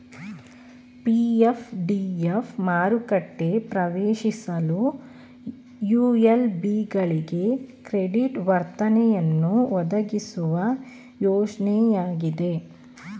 PF DF ಮಾರುಕೆಟ ಪ್ರವೇಶಿಸಲು ULB ಗಳಿಗೆ ಕ್ರೆಡಿಟ್ ವರ್ಧನೆಯನ್ನು ಒದಗಿಸುವ ಯೋಜ್ನಯಾಗಿದೆ